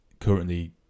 currently